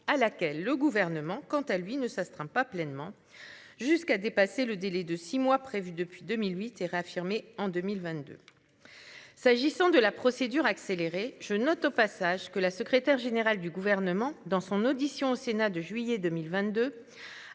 à laquelle le gouvernement quant à lui ne s'astreint pas pleinement jusqu'à dépasser le délai de six mois prévu depuis 2008 et réaffirmé en 2022. S'agissant de la procédure accélérée. Je note au passage que la secrétaire générale du gouvernement dans son audition au Sénat de juillet 2022.